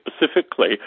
specifically